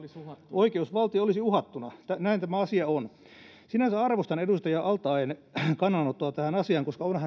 oikeusvaltio olisi uhattuna näin tämä asia on sinänsä arvostan edustaja al taeen kannanottoa tähän asiaan koska onhan